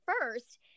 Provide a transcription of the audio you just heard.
first –